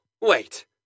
wait